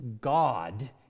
God